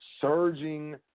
surging